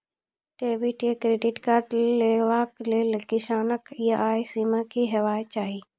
Debit या credit card लेवाक लेल किसानक आय सीमा की हेवाक चाही?